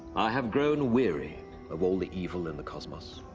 have grown weary of all the evil in the cosmos.